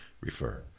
refer